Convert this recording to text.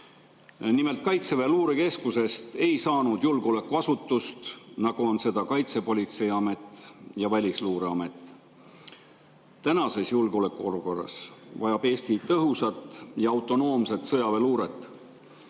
Nimelt, Kaitseväe luurekeskusest ei saanud julgeolekuasutust, nagu on seda Kaitsepolitseiamet ja Välisluureamet. Tänases julgeolekuolukorras vajab Eesti tõhusat ja autonoomset sõjaväeluuret.